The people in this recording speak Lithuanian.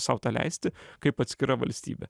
sau leisti kaip atskira valstybė